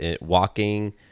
walking